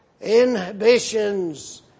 inhibitions